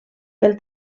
pel